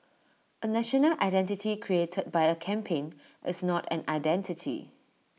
A national identity created by A campaign is not an identity